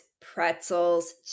pretzels